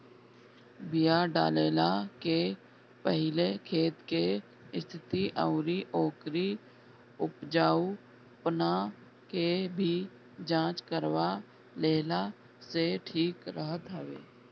बिया डालला के पहिले खेत के स्थिति अउरी ओकरी उपजाऊपना के भी जांच करवा लेहला से ठीक रहत हवे